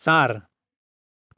चार